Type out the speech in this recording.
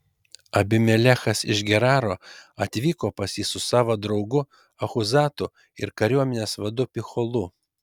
abimelechas iš geraro atvyko pas jį su savo draugu achuzatu ir kariuomenės vadu picholu